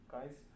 Guys